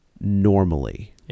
normally